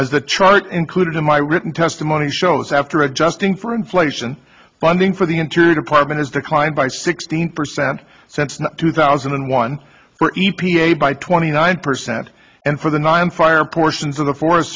as the chart included in my written testimony shows after adjusting for inflation funding for the interior department has declined by sixteen percent since two thousand and one e p a by twenty nine percent and for the nine fire portions of the forest